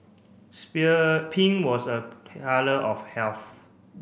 pink was a colour of health